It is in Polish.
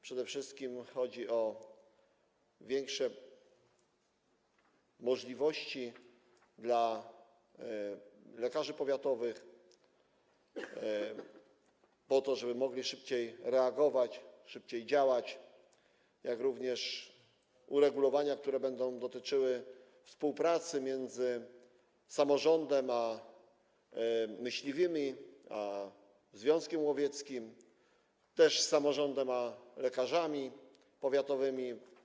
Przede wszystkim chodzi o większe możliwości dla lekarzy powiatowych, po to żeby mogli szybciej reagować, szybciej działać, jak również o uregulowania, które będą dotyczyły współpracy między samorządem a myśliwymi, związkiem łowieckim, jak też samorządem a lekarzami powiatowymi.